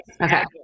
Okay